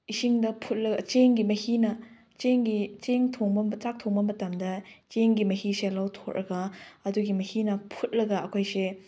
ꯏꯁꯤꯡꯗ ꯐꯨꯠꯂꯒ ꯆꯦꯡꯒꯤ ꯃꯍꯤꯅ ꯆꯦꯡꯒꯤ ꯆꯦꯡ ꯊꯣꯡꯕ ꯆꯥꯛ ꯊꯣꯡꯕ ꯃꯇꯝꯗ ꯆꯦꯡꯒꯤ ꯃꯍꯤꯁꯦ ꯂꯧꯊꯣꯛꯂꯒ ꯑꯗꯨꯒꯤ ꯃꯍꯤꯅ ꯐꯨꯠꯂꯒ ꯑꯩꯈꯣꯏꯁꯦ